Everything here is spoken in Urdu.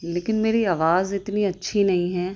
لیکن میری آواز اتنی اچھی نہیں ہے